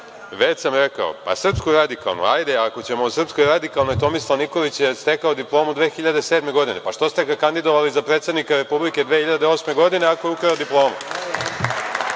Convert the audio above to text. sam rekao, pa Srpsku radikalnu. Ajde, ako ćemo o Srpskoj radikalnoj, Tomislav Nikolić je stekao diplomu 2007. godine, pa što ste ga kandidovali za predsednika Republike 2008. godine, ako je ukrao diplomu? Što